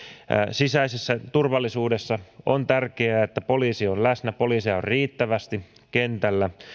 sisäisessä turvallisuudessa on tärkeää että poliisi on läsnä poliiseja on riittävästi kentällä